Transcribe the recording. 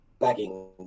bagging